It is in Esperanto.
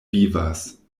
vivas